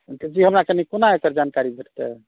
तऽ जी हमरा कनि कोना एकर जानकारी भेटतै